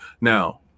Now